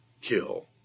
kill